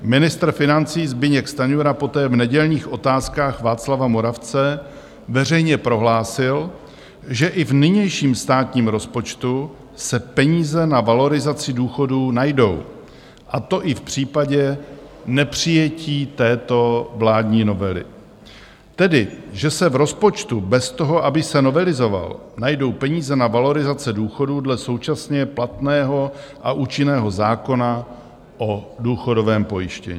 Ministr financí Zbyněk Stanjura poté v nedělních Otázkách Václava Moravce veřejně prohlásil, že i v nynějším státním rozpočtu se peníze na valorizaci důchodů najdou, a to i v případě nepřijetí této vládní novely, tedy že se v rozpočtu bez toho, aby se novelizoval, najdou peníze na valorizace důchodů dle současně platného a účinného zákona o důchodovém pojištění.